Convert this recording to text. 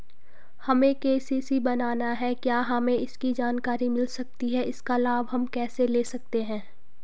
हमें के.सी.सी बनाना है क्या हमें इसकी जानकारी मिल सकती है इसका लाभ हम कैसे ले सकते हैं?